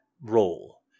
role